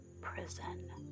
prison